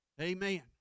Amen